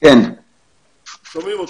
שומעים אותך.